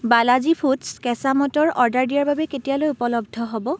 Balaji foods কেঁচা মটৰ order দিয়াৰ বাবে কেতিয়ালৈ উপলব্ধ হ'ব